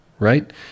Right